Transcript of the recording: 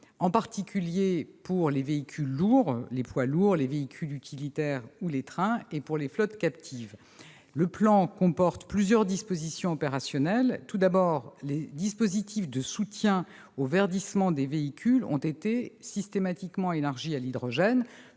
en particulier pour les véhicules lourds, les poids lourds, les véhicules utilitaires ou les trains, et pour les flottes captives. Le plan comporte plusieurs dispositions opérationnelles. Tout d'abord, les dispositifs de soutien au verdissement des véhicules ont été systématiquement élargis à l'hydrogène